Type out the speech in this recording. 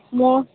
ମୁଁ